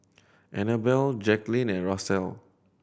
Annabelle Jaclyn and Russell